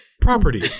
property